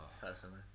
Personally